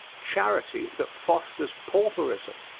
charity that fosters pauperism.